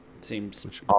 seems